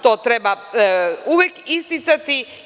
To treba uvek isticati.